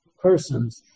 persons